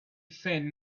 faint